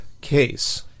case